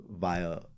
via